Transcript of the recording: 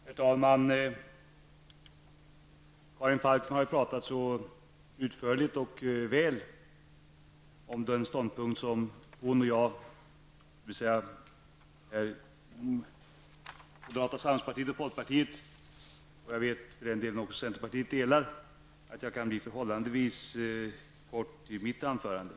Herr talman! Karin Falkmer har ju talat så utförligt och väl om den ståndpunkt som hon och jag, dvs. moderata samlingspartiet och folkpartiet och för den delen också centerpartiet, delar att jag kan bli förhållandevis kortfattad i mitt anförande.